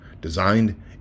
Designed